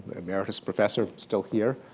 emeritus professor, still here,